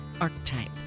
archetype